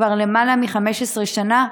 כבר למעלה מ-15 שנה,